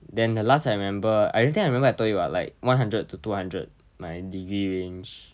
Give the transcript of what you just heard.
then the last I remember I don't think I remember I told you [what] like one hundred to two hundred my degree range